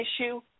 issue